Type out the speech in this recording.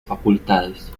facultades